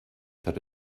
that